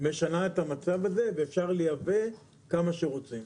משנה את המצב הזה ואפשר לייבא כמה שרוצים.